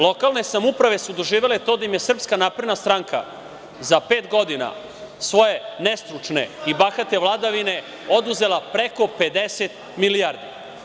Lokalne samouprave su doživele to da im je SNS za pet godina svoje nestručne i bahate vladavine oduzela preko 50 milijardi.